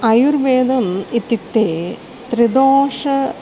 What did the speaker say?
आयुर्वेदम् इत्युक्ते त्रिदोष